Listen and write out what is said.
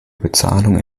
bezahlung